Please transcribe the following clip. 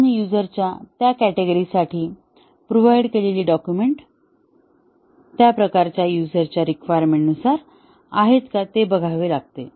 आणि युझर च्या त्या कॅटेगरी साठी प्रोव्हाइड केलेली डॉक्युमेंट त्या प्रकारच्या युझर च्या रिक्वायरमेंट नुसार आहेत का हे बघावे लागते